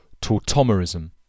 tautomerism